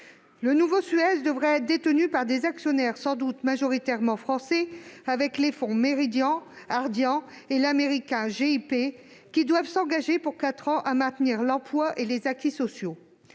Le nouveau Suez devrait être détenu par des actionnaires sans doute « majoritairement français », avec les fonds Meridiam, Ardian et l'américain GIP, qui doivent s'engager pour quatre ans à maintenir l'emploi et les acquis sociaux.